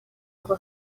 uko